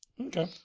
Okay